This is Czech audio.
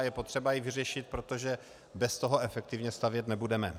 Je potřeba ji vyřešit, protože bez toho efektivně stavět nebudeme.